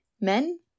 men